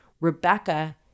Rebecca